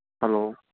hello